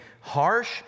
harsh